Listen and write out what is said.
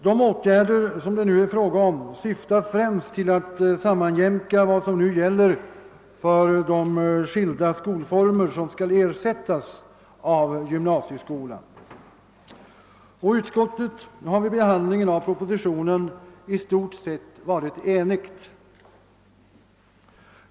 De åtgärder som det här är fråga om syftar främst till att sammanjämka vad som i dag gäller för de skilda skolformer som skall ersättas av gymnasieskolan. Utskottet har vid behandlingen av propositionen i stort sett varit enigt.